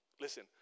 Listen